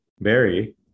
Barry